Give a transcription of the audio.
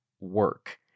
work